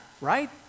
right